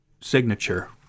signature